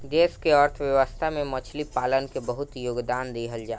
देश के अर्थव्यवस्था में मछली पालन के बहुत योगदान दीहल जाता